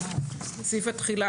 סעיף התחילה,